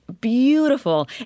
beautiful